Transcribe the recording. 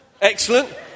Excellent